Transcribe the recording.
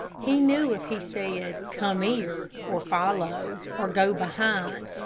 he knew if he said come here, or follow, or go behind,